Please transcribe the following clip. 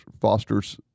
fosters